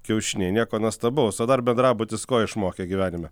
kiaušiniai nieko nuostabaus o dar bendrabutis ko išmokė gyvenime